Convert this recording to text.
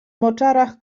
moczarach